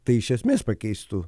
tai iš esmės pakeistų